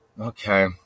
okay